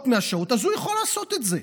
אז הוא יכול לעשות את זה.